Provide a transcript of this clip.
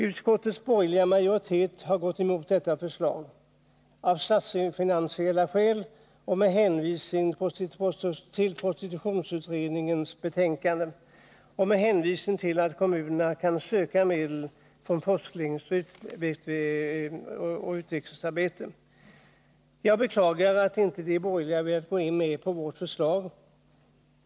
Utskottets borgerliga majoritet har av statsfinansiella skäl och med hänvisning till prostitutionsutredningens betänkande gått emot det socialdemokratiska förslaget. Utskottsmajoriteten har också hänvisat till att kommunerna kan söka medel från anslaget under socialhuvudtiteln för Forskningsoch utvecklingsarbete samt försöksverksamhet. Jag beklagar att inte de borgerliga velat gå med på vårt förslag.